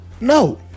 No